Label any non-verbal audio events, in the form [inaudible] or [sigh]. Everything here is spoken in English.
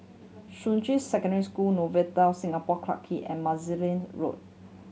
Shuqun Secondary School Novotel Singapore Clarke Quay and [unintelligible] Road